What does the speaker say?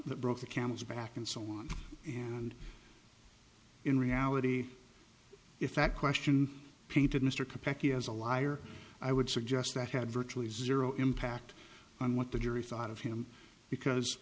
that broke the camel's back and so on and in reality if that question painted mr capecchi as a liar i would suggest that had virtually zero impact on what the jury thought of him because